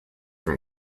from